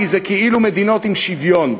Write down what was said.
כי זה כאילו מדינות עם שוויון.